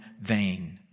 vain